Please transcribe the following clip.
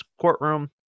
courtroom